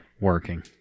working